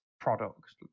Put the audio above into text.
products